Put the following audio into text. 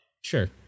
sure